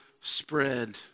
spread